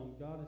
God